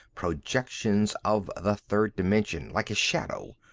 projections of the third dimension, like a shadow.